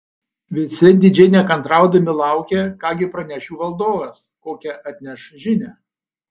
visi didžiai nekantraudami laukė ką gi praneš jų valdovas kokią atneš žinią